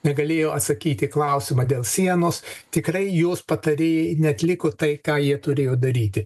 negalėjo atsakyt į klausimą dėl sienos tikrai jos patarėjai neatliko tai ką jie turėjo daryti